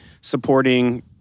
supporting